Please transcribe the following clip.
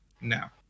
now